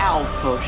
Alpha